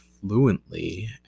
fluently